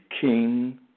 king